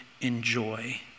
enjoy